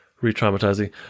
re-traumatizing